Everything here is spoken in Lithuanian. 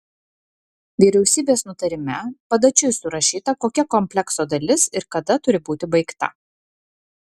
vyriausybės nutarime padačiui surašyta kokia komplekso dalis ir kada turi būti baigta